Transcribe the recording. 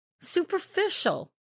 Superficial